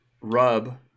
Rub